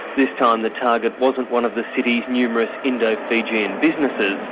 this time the target wasn't one of the cities numerous indo fijian businesses,